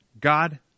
God